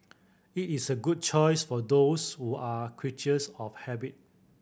it is a good choice for those who are creatures of habit